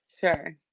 Sure